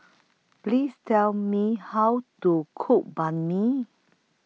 Please Tell Me How to Cook Banh MI